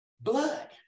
blood